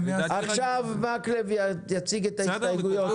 עכשיו חבר הכנסת מקלב יציג את ההסתייגויות